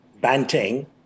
Banting